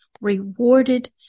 rewarded